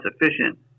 efficient